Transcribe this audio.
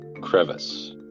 Crevice